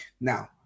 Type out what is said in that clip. Now